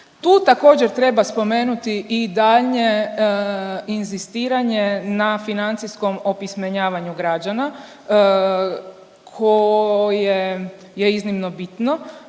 Tu također, treba spomenuti i daljnje inzistiranje na financijskom opismenjavanju građana koje je iznimno bitno